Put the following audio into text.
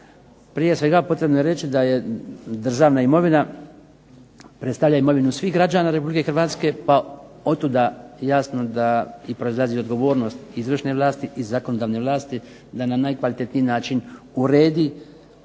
Prije svega potrebno je reći da je državna imovina predstavlja imovinu svih građana RH pa otuda jasno da i proizlazi odgovornost izvršne vlasti i zakonodavne vlasti da na najkvalitetniji način uredi